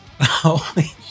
Holy